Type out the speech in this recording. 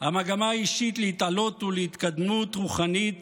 המגמה האישית להתעלות ולהתקדמות רוחנית